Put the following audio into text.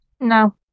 No